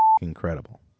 incredible